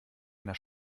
einer